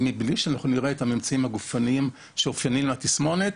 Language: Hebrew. ומבלי שנראה את המאפיינים הגופניים המאופיינים לתסמונת,